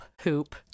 hoop